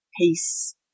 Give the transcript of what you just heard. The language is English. peace